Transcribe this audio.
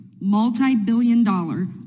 multi-billion-dollar